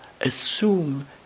assume